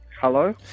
Hello